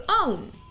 own